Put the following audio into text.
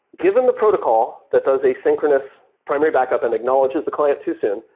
given the protocol that those asynchronous primary backup and acknowledges the client too soon,